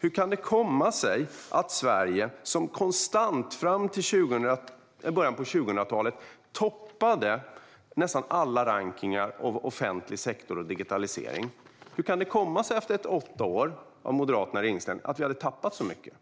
Hur kan det komma sig att Sverige, som konstant fram till början av 2000-talet toppade nästan alla rankningar i fråga om offentlig sektor och digitalisering, efter åtta år med Moderaterna i regeringsställning hade tappat så mycket